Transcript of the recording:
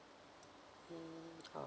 mm